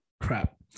crap